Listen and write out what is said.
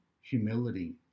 humility